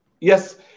Yes